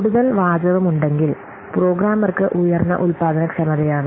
കൂടുതൽ വാചകം ഉണ്ടെങ്കിൽ പ്രോഗ്രാമർക്ക് ഉയർന്ന ഉൽപാദനക്ഷമതയാണ്